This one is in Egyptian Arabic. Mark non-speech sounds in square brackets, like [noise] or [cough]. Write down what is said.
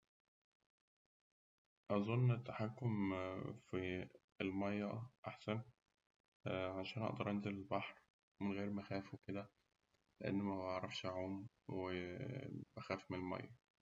أظن التحكم في [hesitation] المايه أحسن عشان أقدر أنزل البحر من غير ما أخاف وكده، لأن مبعرفش أعوم وبخاف من الماية.